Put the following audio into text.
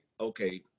okay